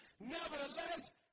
Nevertheless